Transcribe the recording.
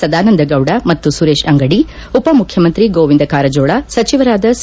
ಸದಾನಂದಗೌಡ ಮತ್ತು ಸುರೇಶ್ ಅಂಗಡಿ ಉಪಮುಖ್ಯಮಂತ್ರಿ ಗೋವಿಂದ ಕಾರಜೋಳ ಸಚಿವರಾದ ಸಿ